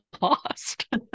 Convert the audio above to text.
lost